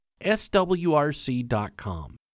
swrc.com